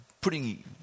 putting